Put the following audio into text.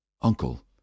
Uncle